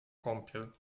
kąpiel